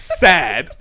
sad